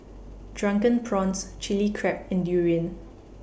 Drunken Prawns Chili Crab and Durian